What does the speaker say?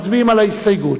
מצביעים על ההסתייגות.